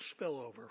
spillover